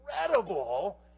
incredible